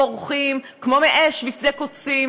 בורחים כמו מאש בשדה קוצים,